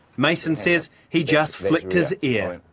mason says he just flicked his ear.